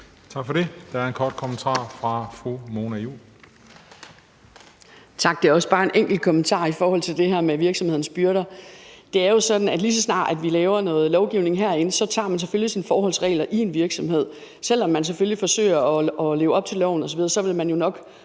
Tak for det. Der er en kommentar fra fru Mona Juul.